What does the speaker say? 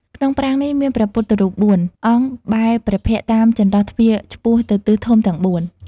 ក្នុងប្រាង្គនេះ មានព្រះពុទ្ធរូបបួន អង្គ បែរព្រះភក្ត្រតាមចន្លោះទ្វារឆ្ពោះទៅទិសធំទាំងបួន ។